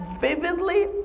vividly